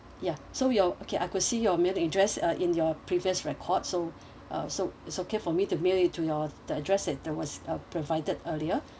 ya so we'll okay I could see your mailing address uh in your previous record so uh so it's okay for me to mail it to your the address that was uh provided earlier